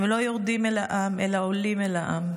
הם לא יורדים אל העם אלא עולים אל העם,